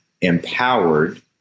empowered